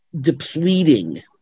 depleting